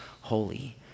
holy